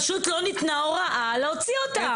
פשוט לא ניתנה הוראה להוציא אותם.